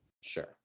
Sure